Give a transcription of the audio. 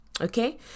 Okay